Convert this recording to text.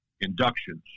inductions